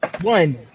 one